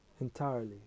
entirely